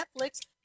Netflix